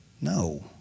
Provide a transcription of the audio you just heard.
No